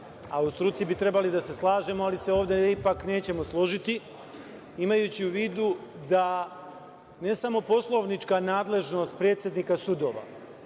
a u struci bi trebalo da se slažemo, ali se ovde ipak nećemo složiti, imajući u vidu da ne samo poslovnička nadležnost predsednika sudova,